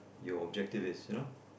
your objective is you know